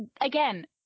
again